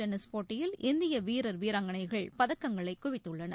tennis போட்டியில் இந்திய வீரர் வீராங்கனைகள் பதக்கங்களை குவித்துள்ளனர்